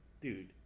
dude